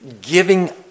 giving